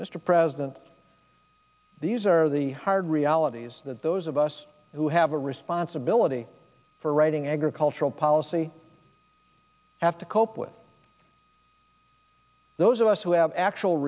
mr president these are the hard realities that those of us who have a responsibility for writing agricultural policy have to cope with those of us who have actual